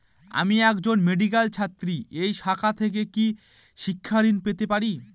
আমি একজন মেডিক্যাল ছাত্রী এই শাখা থেকে কি শিক্ষাঋণ পেতে পারি?